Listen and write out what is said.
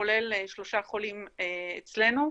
כולל שלושה חולים אצלנו,